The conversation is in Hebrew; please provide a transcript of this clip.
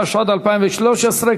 התשע"ד 2013,